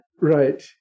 Right